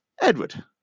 Edward